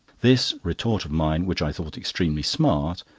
this retort of mine, which i thought extremely smart,